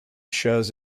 shows